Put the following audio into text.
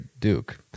Duke